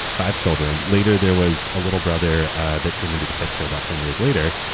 five children. later, there was a little brother that came into the picture about ten years later.